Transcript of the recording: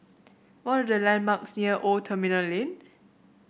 what are the landmarks near Old Terminal Lane